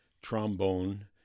trombone